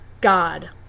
God